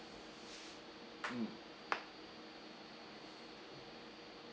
mm